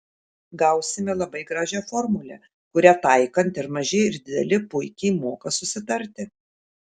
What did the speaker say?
gausime labai gražią formulę kurią taikant ir maži ir dideli puikiai moka susitarti